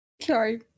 Sorry